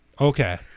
Okay